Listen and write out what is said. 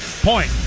point